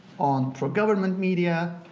on pro-government media,